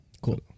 cool